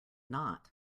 not